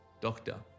Doctor